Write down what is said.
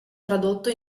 tradotto